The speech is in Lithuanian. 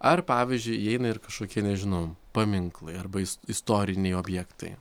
ar pavyzdžiui įeina ir kažkokie nežinau paminklai arba is istoriniai objektai